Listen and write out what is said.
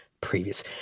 previous